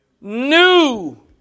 New